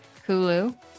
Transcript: Hulu